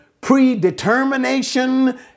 predetermination